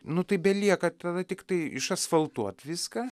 nu tai belieka tada tiktai išasfaltuot viską